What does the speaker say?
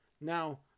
Now